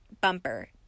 bumper